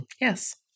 yes